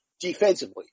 defensively